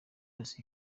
yose